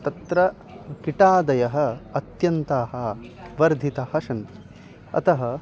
तत्र कीटादयः अत्यन्ताः वर्धिताः सन्ति अतः